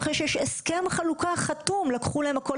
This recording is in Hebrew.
אחרי שיש הסכם חלוקה חתום, לקחו להם הכל.